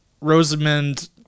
Rosamund